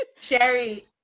sherry